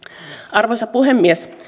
arvoisa puhemies